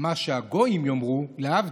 מה שהגויים יאמרו, להבדיל,